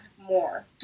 more